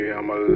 I'ma